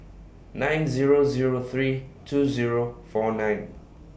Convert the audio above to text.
nine Zero Zero three two Zero four nine